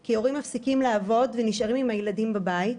כי הורים מפסיקים לעבוד ונשארים עם הילדים בבית,